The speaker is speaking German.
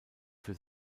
für